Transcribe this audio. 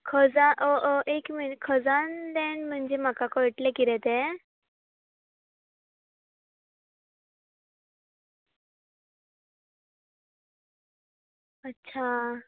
खजान एक मिनीट खजान लँड म्हणजे म्हाका कळटलें कितें तें अच्छा